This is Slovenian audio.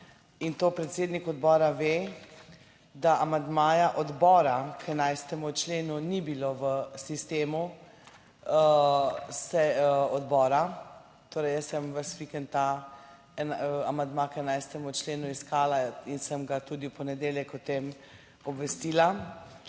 in to predsednik odbora ve, da amandmaja odbora k 11. členu ni bilo v sistemu odbora. Torej jaz sem ves vikend ta amandma k 11. členu iskala in sem ga tudi v ponedeljek o tem obvestila.